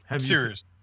Serious